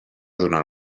durant